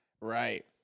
Right